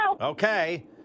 Okay